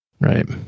right